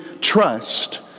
trust